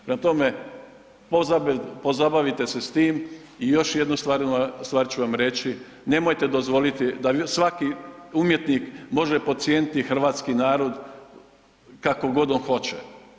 Prema tome, pozabavite se s tim i još jednu stvar ću vam reći, nemojte dozvoliti da svaki umjetnik može podcijeniti hrvatski narod kako god on hoće.